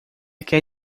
quer